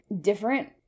different